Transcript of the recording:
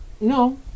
No